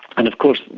and of course,